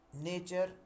nature